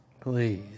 Please